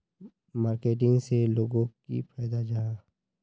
Marketing से लोगोक की फायदा जाहा?